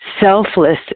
selfless